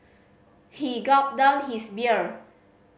he gulped down his beer